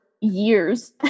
years